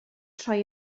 troi